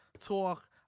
talk